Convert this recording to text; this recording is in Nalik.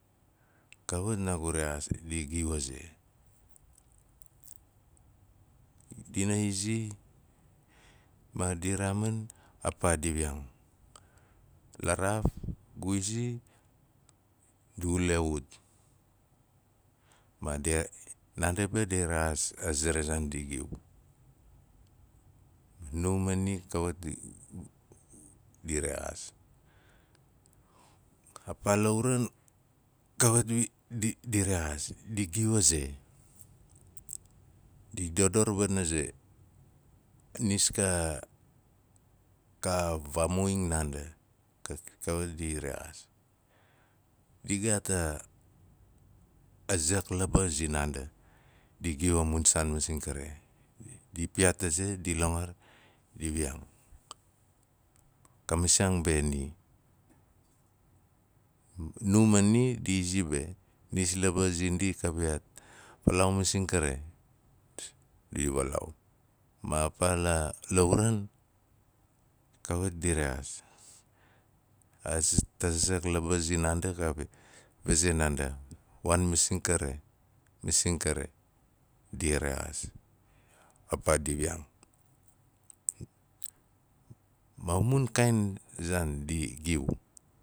Kawat naagu rexaas di giu aze. Dina izi ma di raamin a paa di wiyaang. La raaf gu, izi di wule ut ma dia- naandi be di rexaaas a ra zaan di giu, nu ma ni kawit di rexaas. A paa la uran kawat di- di rexaas, ka vaamuing naandi, kawit di rexaas. di gaat a- a zak laba zinaanda, di giu a mun saan maseng kari, di piyaat a ze di langar di wiyaana. Ka misiaang mbe ndi. Nu ma ni ndi zi be, nis laba zindi ka piyaat, falaau masing kari, di valaau. Maa paa lauran kawit di rexaas aaz- ta zak laba zinaanda xa piyaat waan masing kare, masing kare, di rexaas a paa di wiyaang. Maa mun kaain zaan di giu.